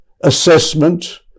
assessment